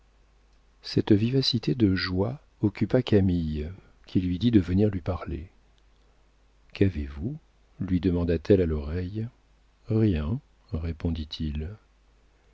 cette vivacité de joie occupa camille qui lui dit de venir lui parler qu'avez-vous lui demanda-t-elle à l'oreille rien répondit-il